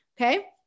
okay